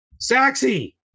Saxy